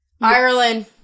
Ireland